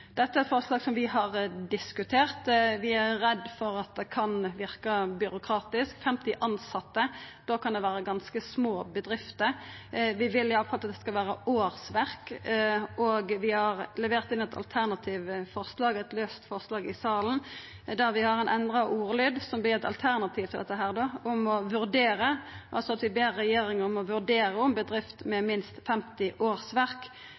er eit forslag vi har diskutert. Vi er redde for at det kan verka byråkratisk. Bedrifter med 50 tilsette kan vera ganske små. Vi vil i alle fall at det skal vera årsverk, og vi har levert inn eit alternativt forslag – eit laust forslag i salen – med endra ordlyd, der vi ber regjeringa vurdera om bedrifter med minst 50 årsverk må offentleggjera gjennomsnittleg lønsintekt for menn og kvinner i årsrapporten. Elles vil vi